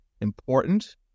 important